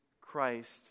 christ